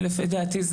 לפי דעתי,